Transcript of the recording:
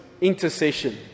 intercession